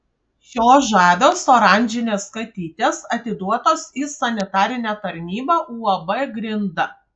šios žavios oranžinės katytės atiduotos į sanitarinę tarnybą uab grinda